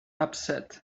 upset